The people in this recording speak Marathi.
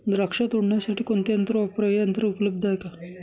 द्राक्ष तोडण्यासाठी कोणते यंत्र वापरावे? हे यंत्र उपलब्ध आहे का?